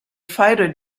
fighter